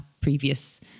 previous